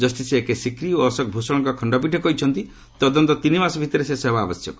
justice A K Sikri ଓ ଅଶୋକ ଭୂଷଣଙ୍କ ଖଣ୍ଡପୀଠ କହିଛନ୍ତି ତଦନ୍ତ ତିନିମାସ ଭିତରେ ଶେଷ ହେବା ଆବଶ୍ୟକ